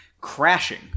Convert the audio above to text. Crashing